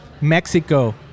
Mexico